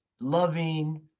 loving